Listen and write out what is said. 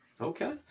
Okay